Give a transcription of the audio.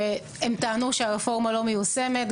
שהם טענו שהרפורמה לא מיושמת,